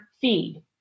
feed